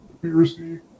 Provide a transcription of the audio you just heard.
conspiracy